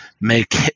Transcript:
make